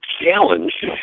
challenge